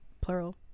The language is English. plural